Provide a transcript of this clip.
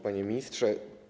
Panie Ministrze!